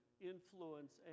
influence